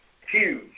huge